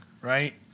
right